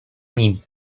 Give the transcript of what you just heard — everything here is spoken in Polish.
nim